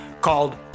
called